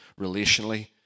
relationally